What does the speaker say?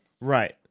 Right